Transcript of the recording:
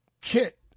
Kit